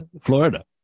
Florida